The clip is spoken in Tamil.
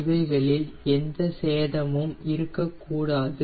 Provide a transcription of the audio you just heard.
இவைகளில் எந்த சேதமும் இருக்க கூடாது